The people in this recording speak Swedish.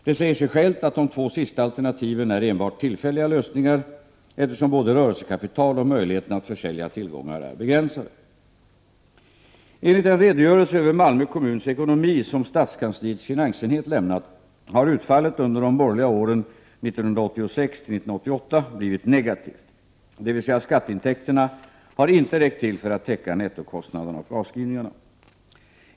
Det säger sig självt att de två sista alternativen är enbart tillfälliga lösningar, eftersom både rörelsekapital och möjligheterna att försälja tillgångar är begränsade. Enligt den redogörelse över Malmö kommuns ekonomi som stadskansliets finansenhet lämnat har utfallet under de borgerliga åren 1986-1988 blivit negativt, dvs. skatteintäkterna har inte räckt till för att täcka nettokostnaderna och avskrivningarna.